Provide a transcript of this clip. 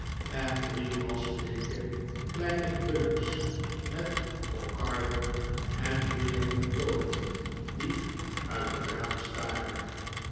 en drie wasbleeke kleine bullocks met kokarden en veeren getooid die uit het raam staarden